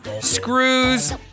screws